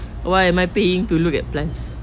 why am I paying to look at plants